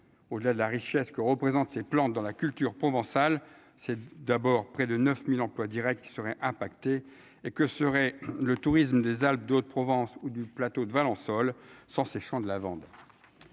au-delà de la richesse que représentent ces plantes dans la culture provençale, c'est d'abord près de 9000 emplois Directs qui seraient impactés et que serait le tourisme des Alpes-de-Haute-Provence ou du plateau de Valence sol sans ses champs de lavandes